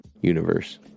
universe